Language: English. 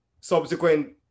subsequent